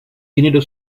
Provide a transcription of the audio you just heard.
dinero